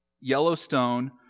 Yellowstone